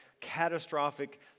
catastrophic